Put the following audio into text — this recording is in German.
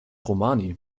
romani